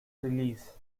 release